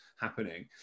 happening